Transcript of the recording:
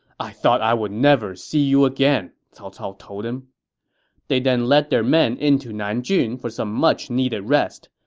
i thought i would never see you again! cao cao told him they then led their men into nanjun for some much needed rest.